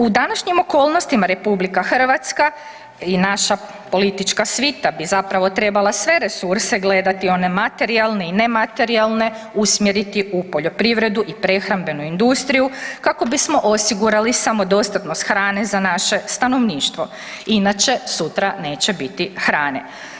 U današnjim okolnostima, RH i naša politička svita bi zapravo trebala sve resurse gledati one materijalne i nematerijalne, sumjeriti u poljoprivredu i prehrambenu industriju kako bismo osigurali samodostatnost hrane za naše stanovništvo inače sutra neće biti hrane.